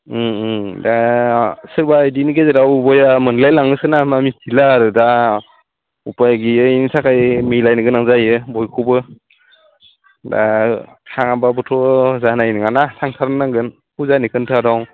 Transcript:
दा सोरबा बिदिनि गेजेराव बेया मोनलायलाङोसो ना मिथिला आरो दा उपाय गैयैनि थाखाय मिलायनो गोनां जायो बयखौबो दा थाङाबाबोथ' जानाय नङाना थांथारनांगोन फुजानि खोथा दं